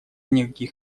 никаких